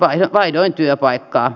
vaihdoin työpaikkaa